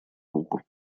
руку